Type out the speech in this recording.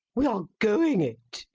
we are going it.